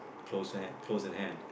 close at hand close at hand